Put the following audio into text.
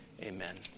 Amen